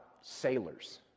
sailors